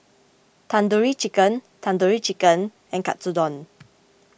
Tandoori Chicken Tandoori Chicken and Katsudon